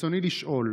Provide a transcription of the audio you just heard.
רצוני לשאול: